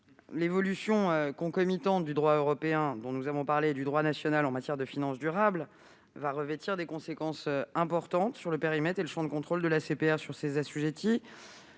L'évolution concomitante du droit européen, dont nous avons parlé, et du droit national en matière de finance durable aura des conséquences importantes sur le périmètre et le champ de contrôle de l'ACPR sur ses assujettis.